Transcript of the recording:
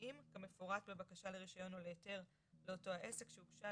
רבועים כמפורט בטבלה הכלולה בתכנית העסק לפי